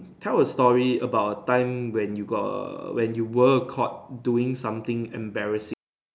tell a story about a time when you got when you were caught doing something embarrassing